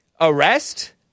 Arrest